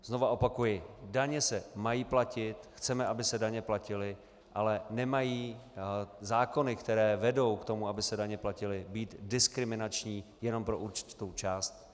Znova opakuji, daně se mají platit, chceme, aby se daně platily, ale nemají zákony, které vedou k tomu, aby se daně platily, být diskriminační jenom pro určitou část.